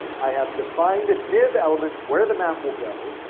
i have defined a div element where the map will go.